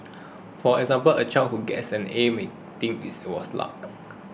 for example a child who gets an A may think it was luck